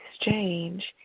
exchange